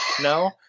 No